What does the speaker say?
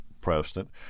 president